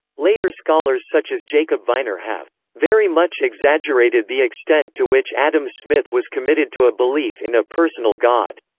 later scholars such as jacob viner have very much exaggerated the extent to which adam smith was committed to a belief in a personal god,